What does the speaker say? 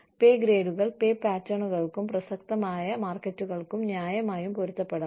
പേ ഗ്രേഡുകൾ പേ പാറ്റേണുകൾക്കും പ്രസക്തമായ മാർക്കറ്റുകൾക്കും ന്യായമായും പൊരുത്തപ്പെടണം